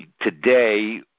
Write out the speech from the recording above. today